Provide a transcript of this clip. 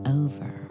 over